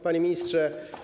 Panie Ministrze!